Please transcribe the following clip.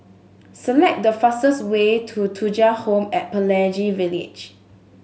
select the fastest way to Thuja Home and Pelangi Village